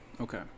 okay